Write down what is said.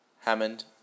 Hammond